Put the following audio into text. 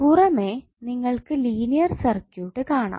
പുറമേ നിങ്ങൾക്കു linear circuit കാണാം